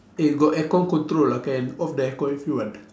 eh got aircon control lah can off the aircon if you want